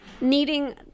needing